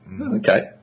Okay